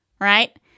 Right